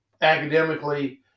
academically